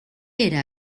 era